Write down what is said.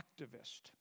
activist